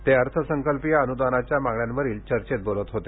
ते अर्थसंकल्पीय अन्दानाच्या मागण्यांवरील चर्चेत बोलत होते